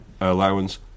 allowance